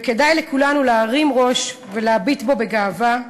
וכדאי לכולנו להרים ראש ולהביט בו בגאווה,